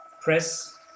press